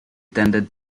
tended